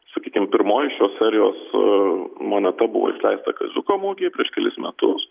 sakykim pirmoji šios serijos moneta buvo išleista kaziuko mugei prieš kelis metus